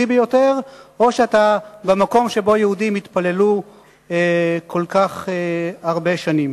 ביותר או שאתה במקום שבו היהודים התפללו כל כך הרבה שנים.